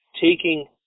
taking